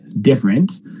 different